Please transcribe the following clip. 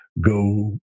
go